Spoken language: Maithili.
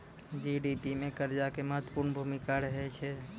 जी.डी.पी मे कर्जा के महत्वपूर्ण भूमिका रहै छै